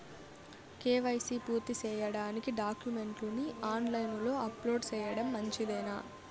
KYC పూర్తి సేయడానికి డాక్యుమెంట్లు ని ఆన్ లైను లో అప్లోడ్ సేయడం మంచిదేనా?